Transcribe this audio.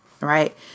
right